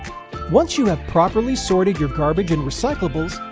once you have properly sorted your garbage and recyclables,